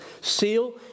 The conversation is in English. seal